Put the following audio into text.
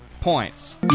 points